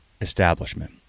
establishment